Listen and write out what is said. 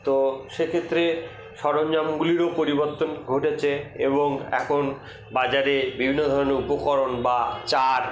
তো সেক্ষেত্রে সরঞ্জামগুলিরও পরিবর্তন ঘটেছে এবং এখন বাজারে বিভিন্ন ধরণের উপকরণ বা চার